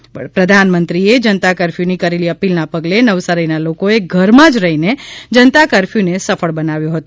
વડાપ્રધાને જનતા કરફ્યુની કરેલી અપિલના પગલે નવસારીના લોકોએ ઘરમાંજ રહીને જનતા કરફ્યુને સફળ બનાવ્યો હતો